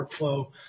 workflow